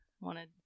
wanted